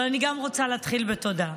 אבל גם אני רוצה להתחיל בתודה.